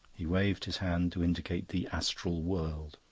he waved his hand to indicate the astral world.